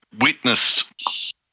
witnessed